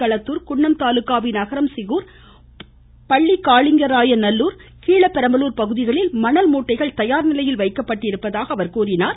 களத்தார் குன்னம் தாலுக்காவின் அகரம் சிகுர் பள்ளிக்காளிங்கராய நல்லூர் கீழப்பெரம்பலூர் பகுதிகளில் மணல் மூட்டைகள் தயார் நிலையில் வைக்கப்பட்டுள்ளதாக கூறினார்